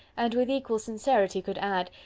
and with equal sincerity could add,